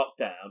lockdown